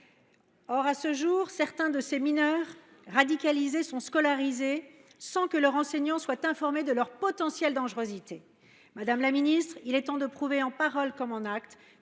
radicalisés. Certains de ces mineurs radicalisés sont scolarisés sans que leurs enseignants soient informés de leur potentielle dangerosité. Madame la ministre, il est temps de prouver en paroles comme en actes